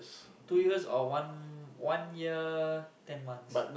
two years or one one year ten months